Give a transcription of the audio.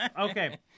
Okay